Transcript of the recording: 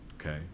Okay